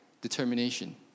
determination